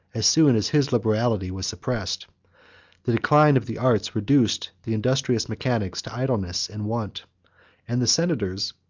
as soon as his liberality was suppressed the decline of the arts reduced the industrious mechanic to idleness and want and the senators,